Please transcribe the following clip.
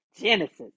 Genesis